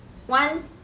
one